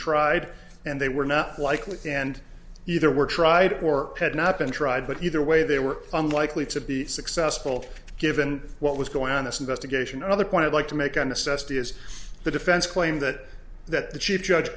tried and they were not likely and either were tried or had not been tried but either way they were unlikely to be successful given what was going on this investigation another point i'd like to make a necessity is the defense claim that that the